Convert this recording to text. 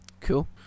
cool